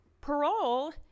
parole